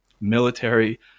military